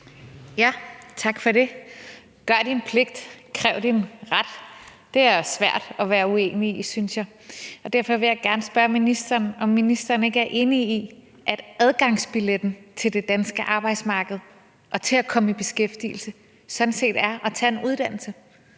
Tak for det. Gør din pligt, kræv din ret – det er svært at være uenig i, synes jeg. Derfor vil jeg gerne spørge ministeren, om ministeren ikke er enig i, at adgangsbilletten til det danske arbejdsmarked og til at komme i beskæftigelse sådan set er at tage en uddannelse.